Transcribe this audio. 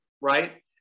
Right